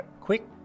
quick